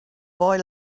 boy